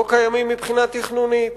לא קיימים מבחינה תכנונית,